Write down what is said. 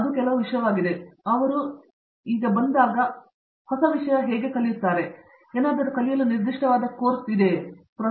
ಅವುಗಳು ಕೆಲವು ವಿಷಯಗಳಾಗಿದೆ ಮತ್ತು ಅವರು ಬಂದಾಗ ಯಾವಾಗ ಬೇಕಾದರೂ ಹೊಸ ವಿಷಯ ಕಲಿಯುತ್ತಾರೆ ಎಂದು ನಿಮಗೆ ತಿಳಿದಿರುವುದರಿಂದ ನಿಮಗೆ ನಿರ್ದಿಷ್ಟವಾದ ಕೋರ್ಸ್ ಕೆಲಸ ತಿಳಿದಿದೆಯೇ ಎಂದು ಅವರು ತಯಾರಿಸುತ್ತಾರೆ